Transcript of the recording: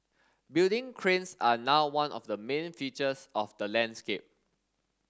building cranes are now one of the main features of the landscape